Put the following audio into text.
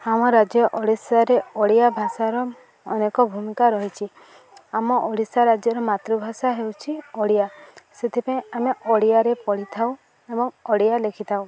ଆମ ରାଜ୍ୟ ଓଡ଼ିଶାରେ ଓଡ଼ିଆ ଭାଷାର ଅନେକ ଭୂମିକା ରହିଛି ଆମ ଓଡ଼ିଶା ରାଜ୍ୟର ମାତୃଭାଷା ହେଉଛି ଓଡ଼ିଆ ସେଥିପାଇଁ ଆମେ ଓଡ଼ିଆରେ ପଢ଼ିଥାଉ ଏବଂ ଓଡ଼ିଆ ଲେଖିଥାଉ